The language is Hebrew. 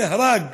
נהרג,